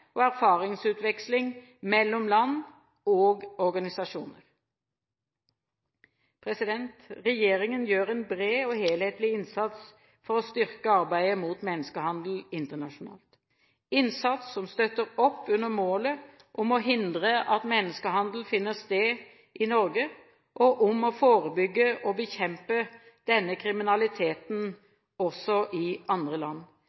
og erfaringsutveksling mellom land og organisasjoner. Regjeringen gjør en bred og helhetlig innsats for å styrke arbeidet mot menneskehandel internasjonalt – innsats som støtter opp under målet om å hindre at menneskehandel finner sted i Norge, og om å forebygge og bekjempe denne kriminaliteten også i andre land.